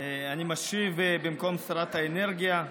אני משיב במקום שרת האנרגיה.